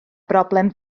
broblem